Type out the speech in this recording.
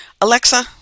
Alexa